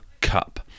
Cup